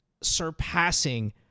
surpassing